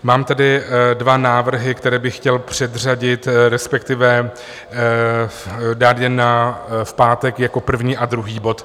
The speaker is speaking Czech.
Mám tady dva návrhy, které bych chtěl předřadit, respektive dát je v pátek jako první a druhý bod.